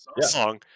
song